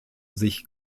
sich